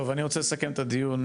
טוב אני רוצה לסכם את הדיון.